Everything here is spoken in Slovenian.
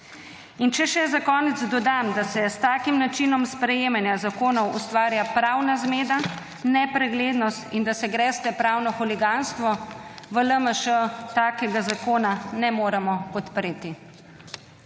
če še za konec dodam, da se s takim načinom sprejemanja zakonov ustvarja pravna zmeda, nepreglednost, in da se greste pravno huliganstvo, v LMŠ takega zakona ne moremo podpreti.